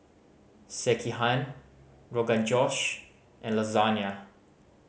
Sekihan Rogan Josh and Lasagne